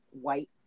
white